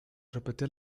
repetía